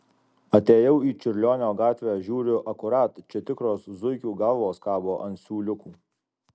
atėjau į čiurlionio gatvę žiūriu akurat čia tikros zuikių galvos kabo ant siūliukų